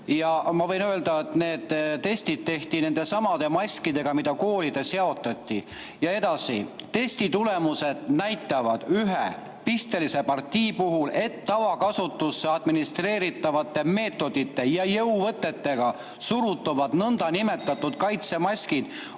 Ma võin öelda, et need testid tehti nendesamade maskidega, mida koolides jaotati. Ja edasi, testi tulemused näitavad ühe pistelise partii puhul, et tavakasutusse administreeritavate meetodite ja jõuvõtetega surutavad nõndanimetatud kaitsemaskid